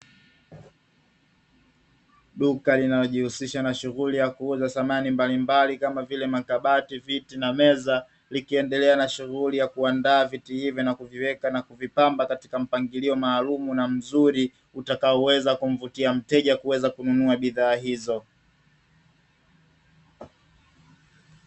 Duka linalojihusisha na shughuli ya kuuza samani mbalimbali, kama vile: makabati, viti na meza, likiendelea na shughuli ya kuandaa viti hivi, na kuviweka na kuvipamba katika mpangilio maalumu na mzuri, utakaoweza kumvutia mteja kuweza kununua bidhaa hizo.